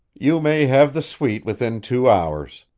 you may have the suite within two hours.